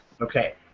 Okay